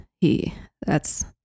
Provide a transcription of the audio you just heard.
He—that's